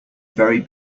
very